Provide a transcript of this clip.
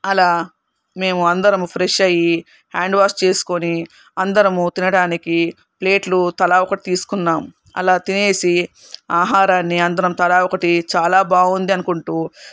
అలా మేము అందరము ఫ్రెష్ అయ్యి హ్యాండ్ వాష్ చేసుకొని అందరమూ తినడానికి ప్లేట్లు తలా ఒకటి తీసుకున్నాం అలా తినేసి ఆహారాన్ని అందరం తలా ఒకటి చాలా బాగుంది అనుకుంటూ